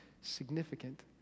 significant